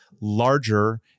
larger